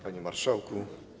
Panie Marszałku!